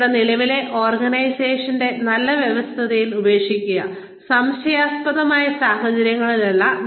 നിങ്ങളുടെ നിലവിലെ ഓർഗനൈസേഷൻ നല്ല വ്യവസ്ഥകളിൽ ഉപേക്ഷിക്കുക സംശയാസ്പദമായ സാഹചര്യങ്ങളിൽ അല്ല